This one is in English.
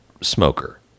smoker